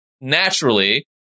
naturally